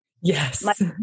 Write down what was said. Yes